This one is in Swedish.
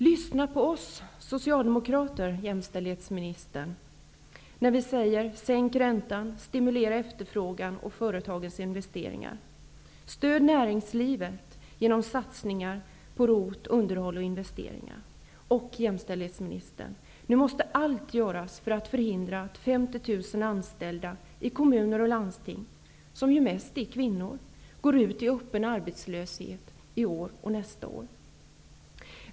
Lyssna på oss socialdemokrater, jämställdhetsministern, när vi säger: Sänk räntan, stimulera efterfrågan och företagens investeringar, stöd näringslivet genom satsningar på ROT åtgärder, underhåll och investeringar. Nu måste allt göras för att förhindra att 50 000 anställda i kommuner och landsting, som ju mest är kvinnor, går ut i öppen arbetslöshet i år och nästa år.